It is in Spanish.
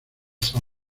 são